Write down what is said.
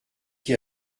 qui